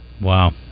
Wow